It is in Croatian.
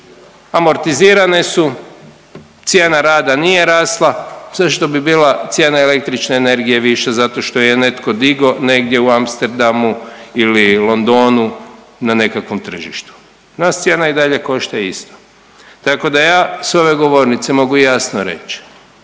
Amortizirane su. Cijena rada nije rasla, zašto bi bila cijena električne energije viša zato što ju je netko digao negdje u Amsterdamu ili Londonu na nekakvom tržištu? Nas cijena i dalje košta isto. Tako da ja sa ove govornice mogu jasno reći